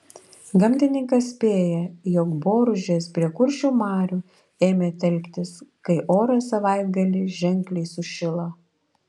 gamtininkas spėja jog boružės prie kuršių marių ėmė telktis kai oras savaitgalį ženkliai sušilo